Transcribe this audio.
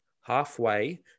halfway